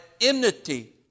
enmity